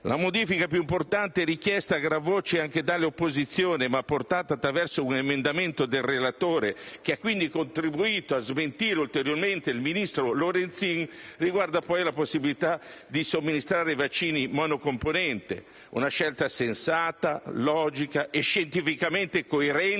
La modifica più importante, richiesta a gran voce anche dalle opposizioni ma apportata attraverso un emendamento del relatore (che ha quindi contribuito a smentire ulteriormente il ministro Lorenzin), riguarda poi la possibilità di somministrare vaccini monocomponente. Si tratta di una scelta sensata, logica e scientificamente coerente,